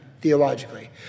theologically